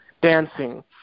dancing